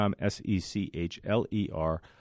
S-E-C-H-L-E-R